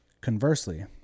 Conversely